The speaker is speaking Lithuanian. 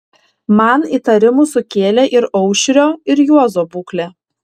man įtarimų sukėlė ir aušrio ir juozo būklė